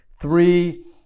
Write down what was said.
three